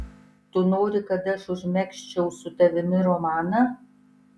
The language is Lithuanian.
tu nori kad aš užmegzčiau su tavimi romaną